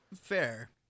Fair